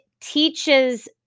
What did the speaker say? teaches